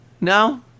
no